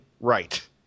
right